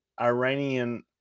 Iranian